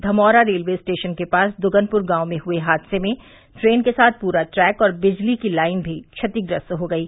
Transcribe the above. Dhamaura railway station के पास दुगनपुर गांव में हुए हादसे में ट्रेन के साथ पूरा ट्रैक और बिजली की लाइन भी क्षतिग्रस्त हो गयी